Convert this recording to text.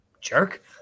jerk